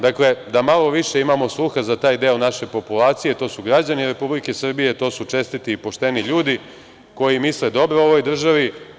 Dakle, da malo više imamo sluha za taj deo naše populacije, to su građani Republike Srbije, to su čestiti i pošteni ljudi koji misle dobro ovoj državi.